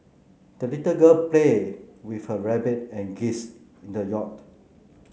the little girl played with her rabbit and geese in the yard